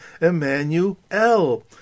Emmanuel